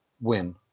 win